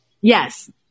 Yes